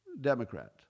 democrat